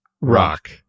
Rock